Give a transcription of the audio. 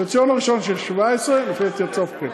החציון הראשון של 2017, לפי דעתי עד סוף אפריל.